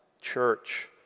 church